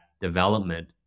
development